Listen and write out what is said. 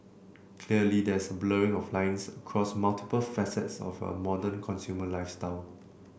clearly there is a blurring of lines across multiple facets of a modern consumer lifestyle